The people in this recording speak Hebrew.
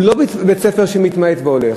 הוא לא בית-ספר שמתמעט והולך,